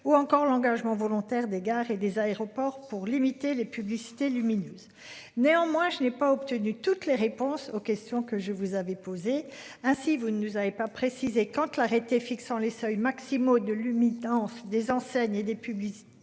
ou encore l'engagement volontaire des gares et des aéroports pour limiter les publicités lumineuses. Néanmoins je n'ai pas obtenu toutes les réponses aux questions que je vous avez posé hein si vous ne nous avait pas précisé quand tu l'arrêté fixant les seuils maximaux ne limitant. Des enseignes et des publicités